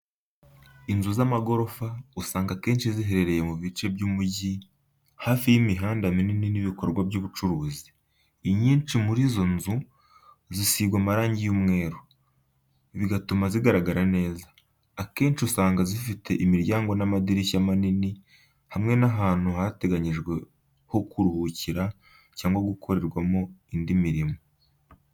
Inzu z’amagorofa, usanga akenshi ziherereye mu bice by'umujyi, hafi y'imihanda minini n'ibikorwa by'ubucuruzi. Inyinshi muri izo nzu zisigwa amarangi y'umweru, bigatuma zigaragara neza. Akenshi usanga zifite imiryango n'amadirishya manini, hamwe n'ahantu hateganyijwe ho kuruhukira cyangwa gukorerwa indi mirimo.